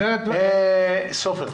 סופר.